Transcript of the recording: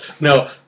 no